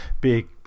big